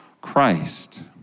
Christ